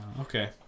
Okay